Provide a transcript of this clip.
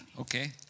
Okay